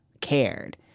cared